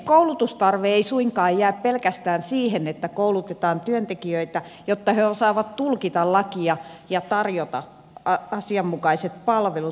koulutustarve ei suinkaan jää pelkästään siihen että koulutetaan työntekijöitä jotta he osaavat tulkita lakia ja tarjota asianmukaiset palvelut